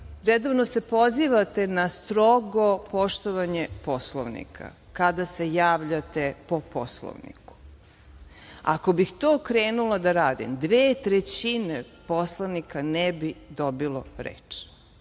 redovno se pozivate na strogo poštovanje Poslovnika, kada se javljate po Poslovniku. Ako bih to krenula da radim dve trećine poslanika ne bi dobilo reč